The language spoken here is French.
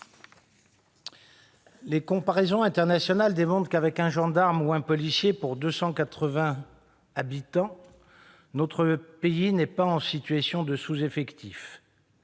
Les comparaisons internationales démontrent qu'avec un gendarme ou un policier pour 280 habitants, notre pays n'est pas en situation de sous-effectif.